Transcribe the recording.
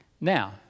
Now